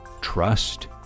trust